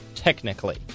Technically